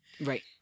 Right